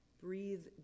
Breathe